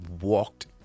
walked